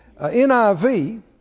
NIV